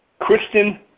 Kristen